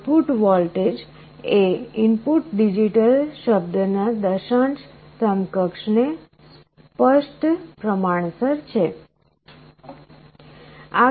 output voltage એ input digital શબ્દના દશાંશ સમકક્ષ ને સ્પષ્ટ પ્રમાણસર છે